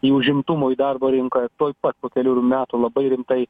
į užimtumo į darbo rinką tuoj pat po kelerių metų labai rimtai